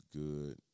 good